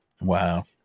Wow